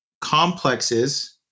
complexes